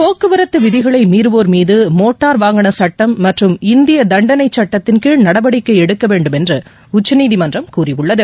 போக்குவரத்து விதிகளை மீறுவோர் மோட்டார் வாகனச் சுட்டம் மற்றும் இந்திய தண்டனைச் சுட்டத்தின்கீழ் நடவடிக்கை எடுக்கவேண்டும் என்று உச்சநீதிமன்றம் கூறியுள்ளது